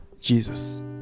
Jesus